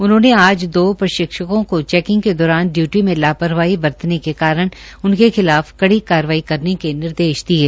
उन्होंने आज दो प्रशिक्षकों को चैकिंग के दौरान लापरवाही बरतने के कारण उनके खिलाफ कड़ी कार्रवाई करने के निर्देश दिये